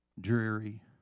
dreary